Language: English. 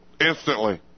instantly